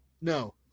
No